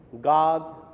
God